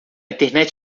internet